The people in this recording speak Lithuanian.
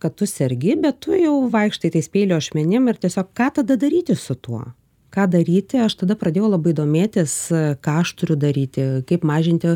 kad tu sergi bet tu jau vaikštai tais peilio ašmenim ir tiesiog ką tada daryti su tuo ką daryti aš tada pradėjau labai domėtis ką aš turiu daryti kaip mažinti